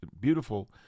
beautiful